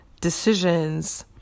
decisions